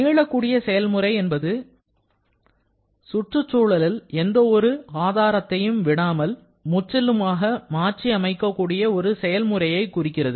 மீளக்கூடிய செயல்முறை என்பது சுற்றியுள்ள எந்தவொரு ஆதாரத்தையும் விடாமல் முற்றிலுமாக மாற்றியமைக்கக்கூடிய ஒரு செயல்முறையைக் குறிக்கிறது